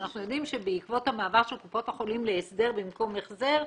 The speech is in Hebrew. שאנחנו יודעים שבעקבות המעבר של קופות החולים להסדר במקום החזר,